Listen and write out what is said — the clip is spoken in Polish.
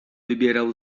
wybierał